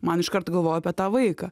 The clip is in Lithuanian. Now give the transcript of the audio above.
man iškart galvoj apie tą vaiką